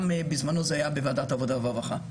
ובזמנו זה היה גם בוועדת העבודה והרווחה.